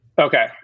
okay